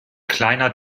kleiner